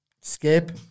Skip